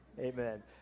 Amen